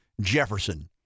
Jefferson